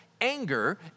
Anger